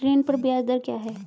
ऋण पर ब्याज दर क्या है?